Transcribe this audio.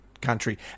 country